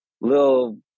little